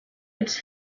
its